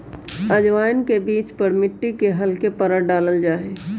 अजवाइन के बीज पर मिट्टी के हल्के परत डाल्ल जाहई